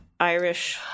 Irish